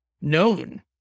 known